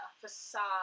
facade